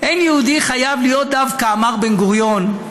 "אין יהודי חייב להיות דווקא" אמר בן-גוריון,